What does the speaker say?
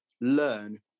learn